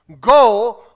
Go